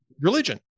religion